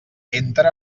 entra